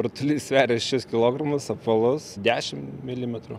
rutulys sveria šešis kilogramus apvalus dešimt milimetrų